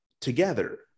together